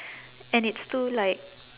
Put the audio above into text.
and it's too like